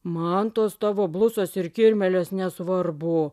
man tos tavo blusos ir kirmėlės nesvarbu